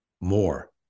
more